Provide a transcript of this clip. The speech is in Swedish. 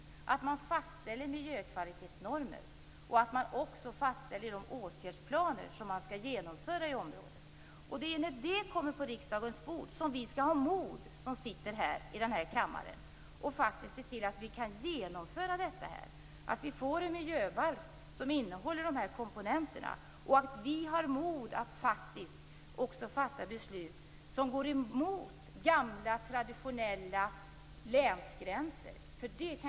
Man skall också fastställa miljökvalitetsnormer och de åtgärdsplaner som skall upprättas för området. När detta kommer på riksdagens bord, då skall vi som sitter i kammaren ha mod att se till att detta kan genomföras och att vi får en miljöbalk som innehåller dessa komponenter. Vi skall ha mod att fatta beslut som går emot gamla traditionella länsgränser.